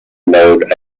node